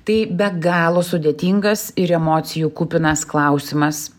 tai be galo sudėtingas ir emocijų kupinas klausimas